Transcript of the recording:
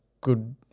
good